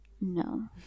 no